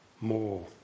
more